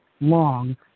Long